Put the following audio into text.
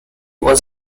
was